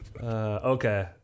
Okay